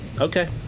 Okay